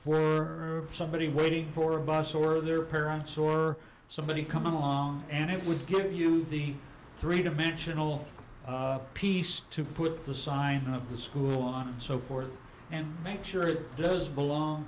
her somebody waiting for a bus or their parents or somebody come along and it would give you the three dimensional piece to put the sign of the school on and so forth and make sure it does belong